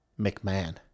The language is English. McMahon